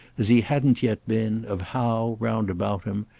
as he hadn't yet been, of how, round about him,